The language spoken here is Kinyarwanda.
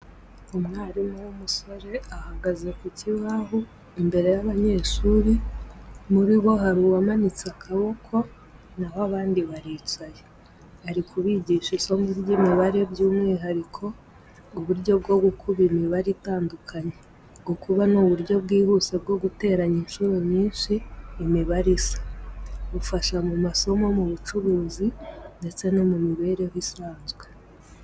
Umwarimu w'umusore ahagaze ku kibaho imbere y'abanyeshuri muri bo hari uwamanitse akaboko naho abandi baricaye. Ari kubigisha isomo ry'imibare, by'umwihariko uburyo bwo gukuba imibare itandukanye. Gukuba ni uburyo bwihuse bwo guteranya inshuro nyinshi imibare isa, bufasha mu masomo, mu bucuruzi, ndetse no mu mibereho isanzwe.